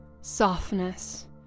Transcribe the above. softness